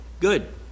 Good